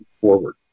forward